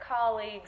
colleagues